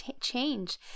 change